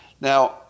Now